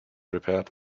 repaired